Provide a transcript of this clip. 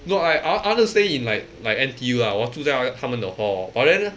no I I I wanted to stay in like like N_T_U lah 我住在那个他们的 hall but then